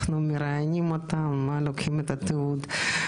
אנחנו מראיינים אותם, לוקחים את התיעוד.